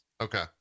Okay